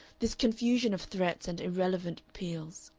this confusion of threats and irrelevant appeals.